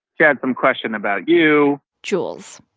she had some question about you jules,